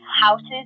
houses